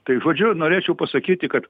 tai žodžiu norėčiau pasakyti kad